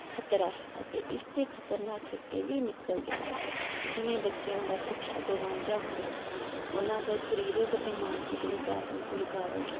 ਖਤਰਾ ਹੈ ਅਤੇ ਇਸ ਦੇ ਖਤਰਨਾਕ ਸਿੱਟੇ ਵੀ ਨਿਕਲਦੇ ਹਨ ਜਿਵੇਂ ਬੱਚਿਆਂ ਦਾ ਸਿੱਖਿਆ ਤੋਂ ਵਾਂਝਾ ਹੋਣਾ ਉਹਨਾਂ ਦਾ ਸਰੀਰਕ ਅਤੇ ਮਾਨਸਿਕ ਵਿਕਾਸ ਵਿੱਚ ਰੁਕਾਵਟ